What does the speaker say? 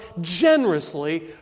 generously